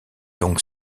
donc